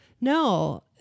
No